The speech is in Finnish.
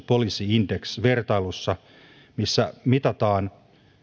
index vertailussa missä mitataan